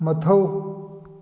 ꯃꯊꯧ